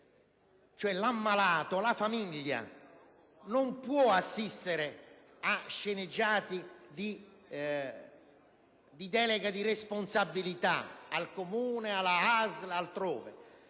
L'ammalato e la famiglia non possono assistere a sceneggiate su deleghe di responsabilità al Comune, alla ASL o altrove.